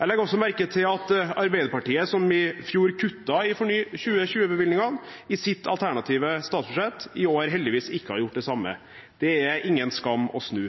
Jeg legger også merke til at Arbeiderpartiet, som i fjor kuttet i FORNY2020-bevilgningene, i sitt alternative statsbudsjett i år heldigvis ikke har gjort det samme. Det er ingen skam å snu.